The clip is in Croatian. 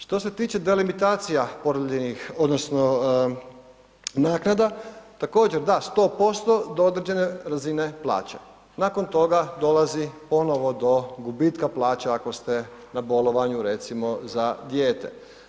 Što se tiče delimitacija porodiljnih odnosno naknada, također, da, 100%, do određene razine plaće, nakon toga dolazi ponovno do gubitka plaće ako ste na bolovanju recimo za dijete.